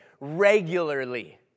regularly